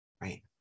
Right